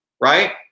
right